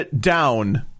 down